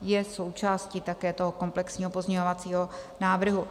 Je součástí také toho komplexního pozměňovacího návrhu.